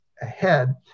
ahead